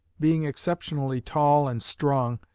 being exceptionally tall and strong,